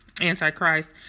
Antichrist